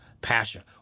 passion